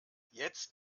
jetzt